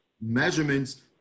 measurements